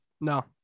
no